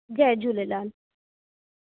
Jay Jhulelal